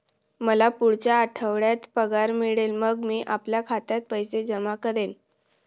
मला पुढच्या आठवड्यात पगार मिळेल मग मी आपल्या खात्यात पैसे जमा करेन